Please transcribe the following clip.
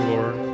Lord